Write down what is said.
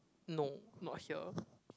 no not here